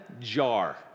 jar